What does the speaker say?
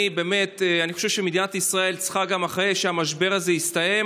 אני חושב שאחרי שהמשבר הזה יסתיים